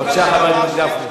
בבקשה, חבר הכנסת גפני.